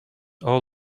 all